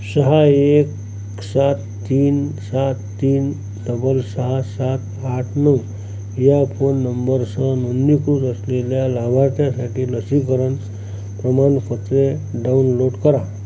सहा एक सात तीन सात तीन डबल सहा सात आठ नऊ या फोन नंबरसह नोंदणीकृत असलेल्या लाभार्थ्यासाठी लसीकरण प्रमाणपत्रे डाउनलोट करा